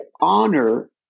honor